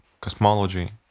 cosmology